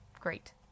Great